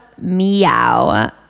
Meow